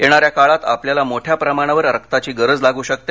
येणाऱ्या काळात आपल्याला मोठ्या प्रमाणावर रकाची गरज लागू शकते